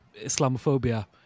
Islamophobia